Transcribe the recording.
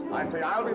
i say, i'll